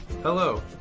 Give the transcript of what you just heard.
Hello